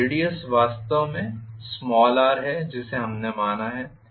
और रेडीयस वास्तव में r है जिसे हमने माना है